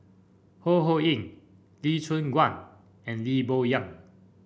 Ho Ho Ying Lee Choon Guan and Lee Boon Yang